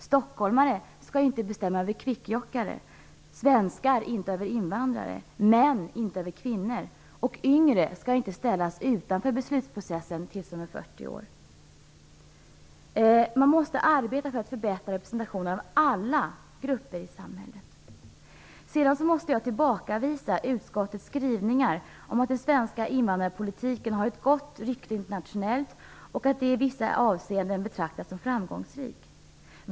Stockholmare skall inte bestämma över kvikkjokkare, svenskar inte över invandrare och män inte över kvinnor. De yngre skall inte ställas utanför beslutsprocessen till dess de är 40 år. Man måste arbeta för att förbättra representationen av alla grupper i samhället. Jag måste tillbakavisa utskottets skrivningar om att den svenska invandrarpolitiken har ett gott rykte internationellt och att den i vissa avseenden betraktas som framgångsrik.